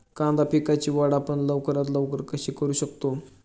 कांदा पिकाची वाढ आपण लवकरात लवकर कशी करू शकतो?